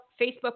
Facebook